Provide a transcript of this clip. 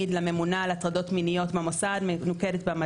ועכשיו מכיוון שעושים שינויים במדד זה נושא בבדיקה.